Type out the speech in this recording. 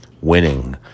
winning